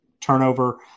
turnover